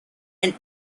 and